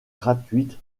gratuites